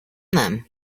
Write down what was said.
them